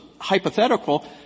hypothetical